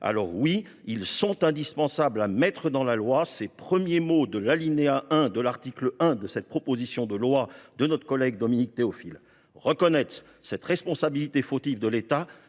Aussi est il indispensable d’inscrire dans la loi les premiers mots de l’alinéa 1 de l’article 1 de la proposition de loi de notre collègue Dominique Théophile. Reconnaître la responsabilité fautive de l’État